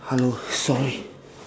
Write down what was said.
hello sorry